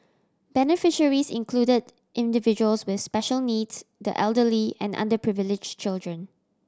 beneficiaries included individuals with special needs the elderly and underprivilege children